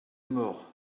mort